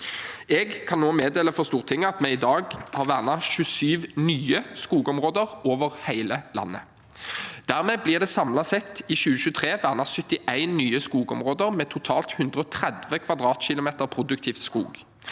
Jeg kan nå meddele for Stortinget at vi i dag har vernet 27 nye skogområder over hele landet. Dermed er det samlet sett i 2023 blitt vernet 71 nye skogområder, med totalt 130 km[2] produktiv skog.